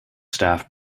staff